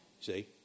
see